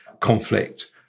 conflict